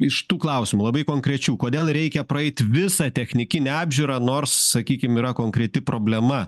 iš tų klausimų labai konkrečių kodėl reikia praeit visą technikinę apžiūrą nors sakykim yra konkreti problema